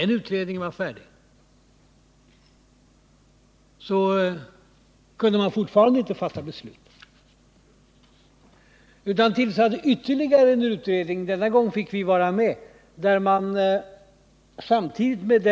När utredningen var färdig kunde man fortfarande inte fatta beslut, utan man tillsatte ytterligare en utredning — denna gång fick vi vara med — och samtidigt